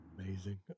Amazing